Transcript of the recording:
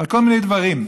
על כל מיני דברים,